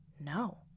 No